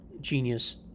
genius